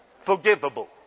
Forgivable